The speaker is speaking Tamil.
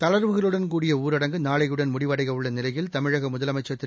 தளர்வுகளுடன் கூடிய ஊரடங்கு நாளையுடன் முடிவடையவுள்ள நிலையில் தமிழக முதலமைச்சர் திரு